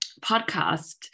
podcast